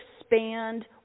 expand